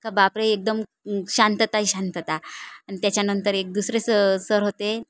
का बापरे एकदम शांतताही शांतता आणि त्याच्यानंतर एक दुसरे स सर होते